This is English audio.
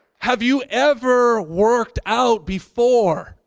have you ever worked out before?